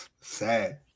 Sad